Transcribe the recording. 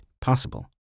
possible